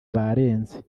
barenze